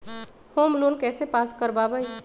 Home loan कैसे pass कर बाबई?